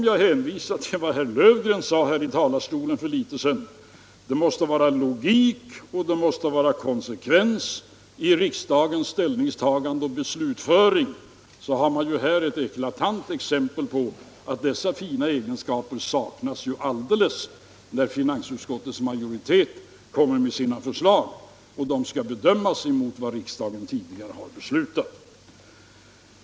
Jag hänvisar till vad herr Löfgren sade här i talarstolen för litet sedan: Det måste vara logik och konsekvens i riksdagens ställningstagande och beslutföring. Här har man ju ett eklatant exempel på att dessa fina egenskaper alldeles saknas när finansutskottets majoritet kommer med sina förslag och de skall bedömas gentemot vad riksdagen tidigare har beslutat.